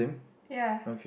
ya